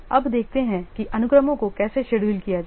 अब देखते हैं कि अनुक्रमों को कैसे शेड्यूल किया जाए